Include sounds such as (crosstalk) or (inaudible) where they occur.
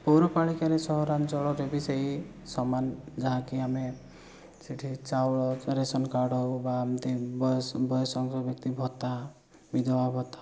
ପୌରପାଳିକାରେ ସହରାଞ୍ଚଳରେ ବି ସେହି ସମାନ ଯାହାକି ଆମେ ସେଠି ଚାଉଳ ରେସନ୍ କାର୍ଡ଼୍ ହଉ ବା ଏମିତି ବୟସ ବୟସ (unintelligible) ଭତ୍ତା ବିଧବା ଭତ୍ତା